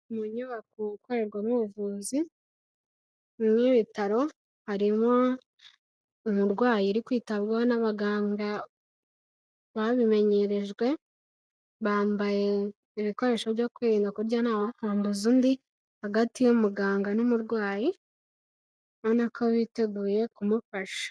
Munyubako ikorerwamorerwamo ubuvuzi n'ibitaro harimwo umurwayi uri kwitabwaho n'abaganga babimenyerejwe bambaye ibikoresho byo kwirinda kuburyo ntawakanduza undi hagati y'umuganga n'umurwayi arinako biteguye kumufasha.